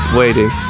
waiting